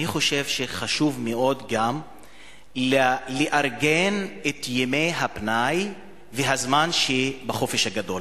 חשוב מאוד גם לארגן את ימי הפנאי והזמן בחופש הגדול,